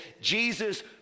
Jesus